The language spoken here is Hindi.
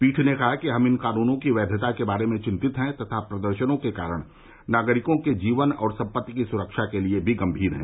पीठ ने कहा कि हम इन कानूनों की वैधता के बारे में चिंतित हैं तथा प्रदर्शनों के कारण नागरिकों के जीवन और सम्पत्ति की सुरक्षा के लिए भी गंभीर हैं